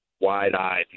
wide-eyed